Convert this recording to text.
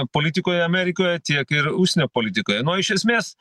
politikoje amerikoje tiek ir užsienio politikoje nu iš esmės